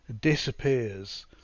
disappears